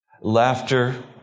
laughter